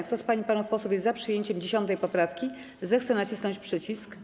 Kto z pań i panów posłów jest za przyjęciem 10. poprawki, zechce nacisnąć przycisk.